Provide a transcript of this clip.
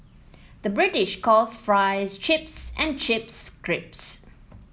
the British calls fries chips and chips crisps